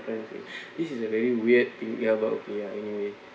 this is a very weird thing ya but okay ah anyway